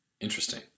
interesting